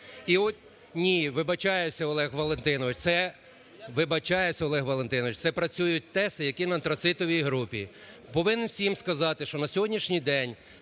Це… Вибачаюсь, Олег Валентинович, це працюють ТЕСи, які на антрацитовій групі. Повинен всім сказати, що на сьогоднішній день